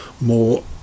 more